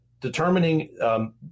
determining –